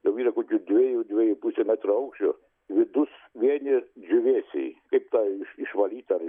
jau yra kokių dviejų dviejų pusė metro aukščio vidus vieni džiūvėsiai kaip tai išvalyt ar